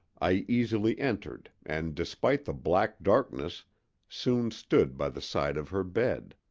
i easily entered and despite the black darkness soon stood by the side of her bed.